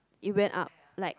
it went up like